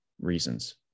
reasons